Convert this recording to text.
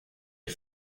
you